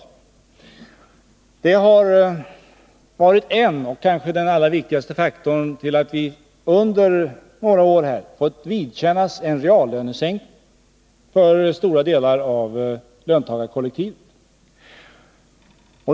Och det har varit en anledning — kanske den allra viktigaste — till att stora delar av löntagarkollektivet under några år fått vidkännas en reallönesänkning.